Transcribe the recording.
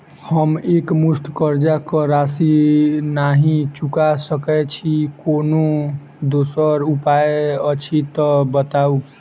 हम एकमुस्त कर्जा कऽ राशि नहि चुका सकय छी, कोनो दोसर उपाय अछि तऽ बताबु?